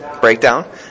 breakdown